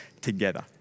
together